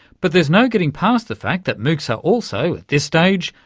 but there's no getting past the fact that moocs are also, at this stage,